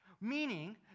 Meaning